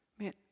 Man